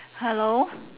hello